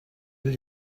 will